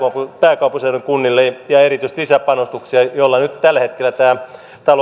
erityisesti pääkaupunkiseudun kunnille lisäpanostuksia joilla nyt tällä hetkellä tämä